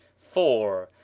four.